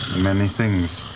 many things.